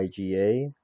IgA